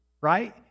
right